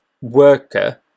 worker